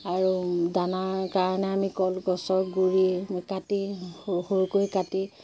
আৰু দানাৰ কাৰণে আমি কলগছৰ গুড়ি কাটি সৰু সৰুকৈ কাটি